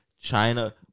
China